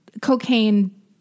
cocaine